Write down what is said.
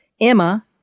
Emma